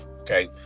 okay